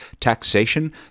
taxation